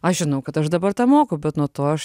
aš žinau kad aš dabar tą moku bet nuo to aš